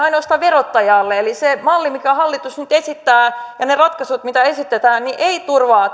ainoastaan verottajalle eli se malli minkä hallitus nyt esittää ja ne ratkaisut mitä esitetään eivät turvaa